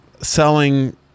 selling